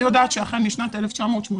אני יודעת שאכן בשנת 1988